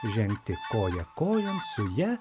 žengti koja kojon su ja